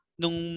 nung